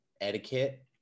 etiquette